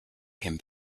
can